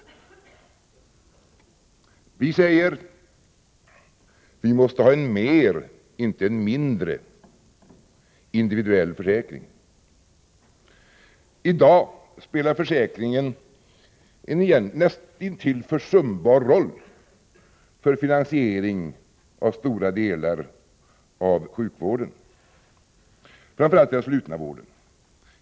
Vi säger: Vi måste ha en mer, inte mindre, individuell försäkring. I dag spelar försäkringen en näst intill försumbar roll för finansieringen av stora delar av sjukvården, framför allt i den slutna vården.